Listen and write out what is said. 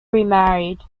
remarried